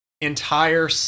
entire